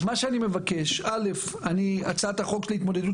אני מבקש לקדם את הצעת החוק להתמודדות